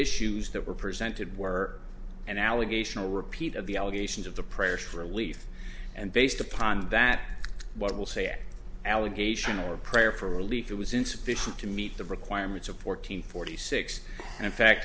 issues that were presented were an allegation a repeat of the allegations of the prayers for leith and based upon that what will say an allegation or a prayer for relief it was insufficient to meet the requirements of fourteen forty six and in fact